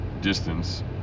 distance